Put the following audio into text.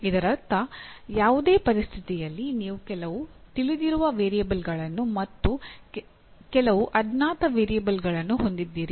ಇದರರ್ಥ ಯಾವುದೇ ಪರಿಸ್ಥಿತಿಯಲ್ಲಿ ನೀವು ಕೆಲವು ತಿಳಿದಿರುವ ವೇರಿಯಬಲ್ಗಳನ್ನು ಮತ್ತು ಕೆಲವು ಅಜ್ಞಾತ ವೇರಿಯಬಲ್ಗಳನ್ನು ಹೊಂದಿದ್ದೀರಿ